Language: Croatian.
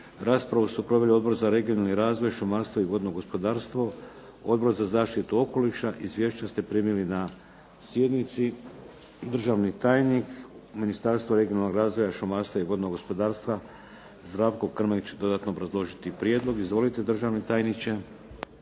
Raspravu su proveli Odbor za regionalni razvoj, šumarstvo i vodno gospodarstvo, Odbor za zaštitu okoliša. Izvješća ste primili na sjednici. Državni tajnik u Ministarstvu regionalnog razvoja šumarstva, vodnog gospodarstva Zdravko Krmek će dodatno obrazložiti prijedlog. Izvolite državni tajniče.